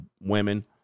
women